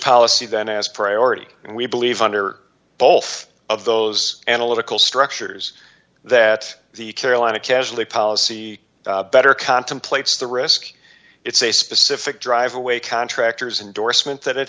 policy that has priority and we believe under both of those analytical structures that the carolina casually policy better contemplates the risk it's a specific drive away contractor's indorsement that it